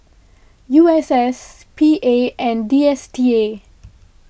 U S S P A and D S T A